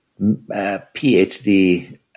PhD